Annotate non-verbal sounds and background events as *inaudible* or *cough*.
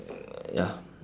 *noise* ya